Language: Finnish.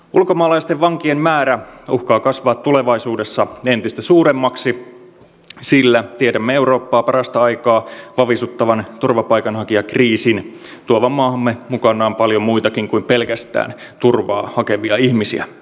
ulkomaalaisten vankien määrä uhkaa kasvaa tulevaisuudessa entistä suuremmaksi sillä tiedämme eurooppaa parasta aikaa vavisuttavan turvapaikanhakijakriisin tuovan maahamme mukanaan paljon muitakin kuin pelkästään turvaa hakevia ihmisiä